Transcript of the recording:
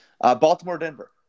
Baltimore-Denver